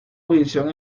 posición